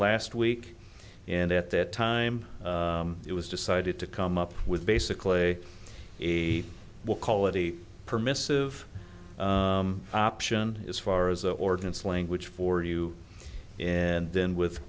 last week and at that time it was decided to come up with basically a we'll call it a permissive option as far as ordinance language for you and then